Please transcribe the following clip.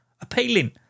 appealing